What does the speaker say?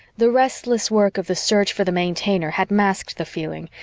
the restless work of the search for the maintainer had masked the feeling,